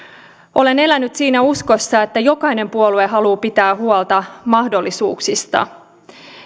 olen elänyt siinä uskossa että jokainen puolue haluaa pitää huolta mahdollisuuksista